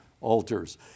altars